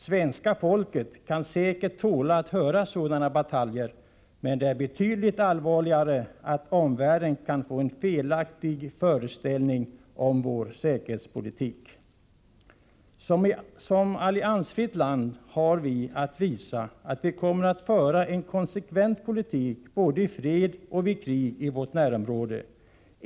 Svenska folket tål säkert att höra sådana bataljer, men det är betydligt allvarligare att omvärlden kan få en felaktig föreställning om vår säkerhetspolitik. Som alliansfritt land har Sverige att visa att Sverige kommer att föra en konsekvent politik både i fred och vid krig i vårt närområde.